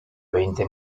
veinte